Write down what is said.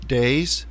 days